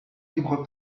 libre